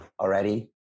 already